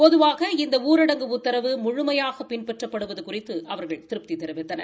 பொதுவாக இந்த ஊரடங்கு உத்தரவு முழுமையாக பின்பற்றப்படுவது குறித்து அவர்கள் திருப்தி தெரிவித்தனர்